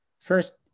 First